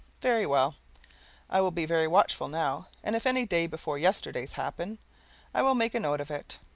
very well i will be very watchful now, and if any day-before-yesterdays happen i will make a note of it.